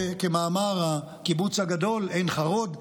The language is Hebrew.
כמאמר הקיבוץ הגדול עין חרוד,